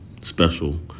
special